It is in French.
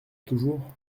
toujours